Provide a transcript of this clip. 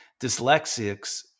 dyslexics